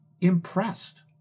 impressed